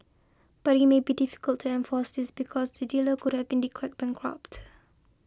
but it may be difficult to enforce this because the dealer could have been declared bankrupt